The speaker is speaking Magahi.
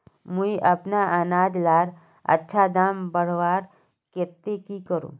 मुई अपना अनाज लार अच्छा दाम बढ़वार केते की करूम?